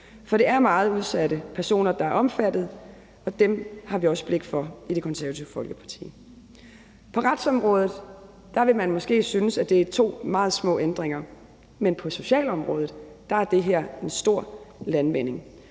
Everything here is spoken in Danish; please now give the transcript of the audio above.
for det er meget udsatte personer, der er omfattet, og dem har vi også blik for i Det Konservative Folkeparti. På retsområdet vil man måske synes, at det er to meget små ændringer. Men på socialområdet er det her en stor landvinding.